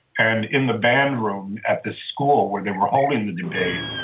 and in the band room at the school where they were holding the debate,